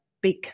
big